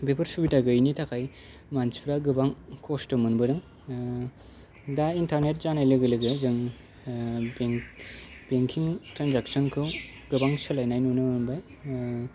बेफोर सुबिदा गैयैनि थाखाय मानसिफ्रा गोबां खस्थ' मोनबोदों दा इन्टारनेट जानाय लोगो लोगो जों बेंक बेंकिं ट्रेनजेक्सनखौ गोबां सोलायनाय नुनो मोनबाय